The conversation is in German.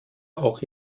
auch